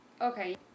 okay